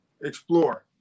explore